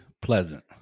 pleasant